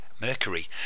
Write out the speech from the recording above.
Mercury